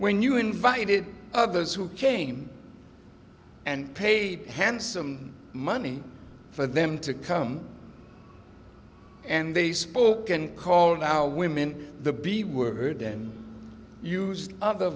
when you invited others who came and paid handsome money for them to come and they spoken call our women the b word then used other